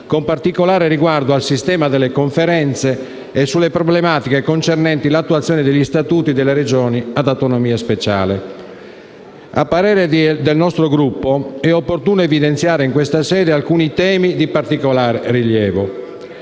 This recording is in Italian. con particolare riguardo al «sistema delle Conferenze», e sulle problematiche concernenti l'attuazione degli Statuti delle Regioni ad autonomia speciale. A parere del nostro Gruppo è opportuno evidenziare in questa sede alcuni temi di particolare rilievo.